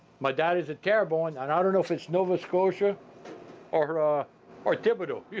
my daddy's a terrebonne and i don't don't know if it's nova scota or ah or thibodaux. yeah